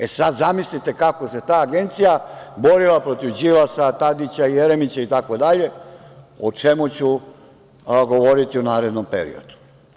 E, sada, zamislite kako se ta agencija borila protiv Đilasa, Tadića, Jeremića itd, o čemu ću govoriti u narednom periodu.